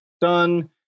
done